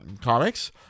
Comics